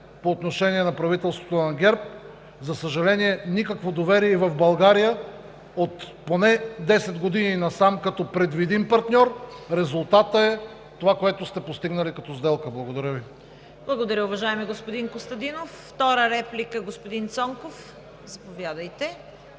по отношение на правителството на ГЕРБ. За съжаление, никакво доверие и в България от поне 10 години насам като предвидим партньор. Резултатът е това, което сте постигнали като сделка. Благодаря Ви. ПРЕДСЕДАТЕЛ ЦВЕТА КАРАЯНЧЕВА: Благодаря, уважаеми господин Костадинов. Втора реплика – господин Цонков, заповядайте.